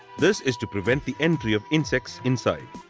this is to prevent the entry of insects inside.